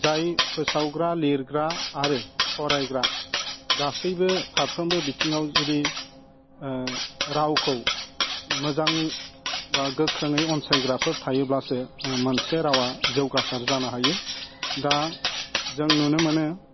जाय फोसावग्रा लिरग्रा आरो फरायग्रा गासैबो फारफ्रोमबो बिथिङाव जुदि रावखौ मोजां बा गोख्रोङै अनसायग्राफोर थायोबासो मोनसे रावा जौगासार जानो हायो दा जों नुनो मोनो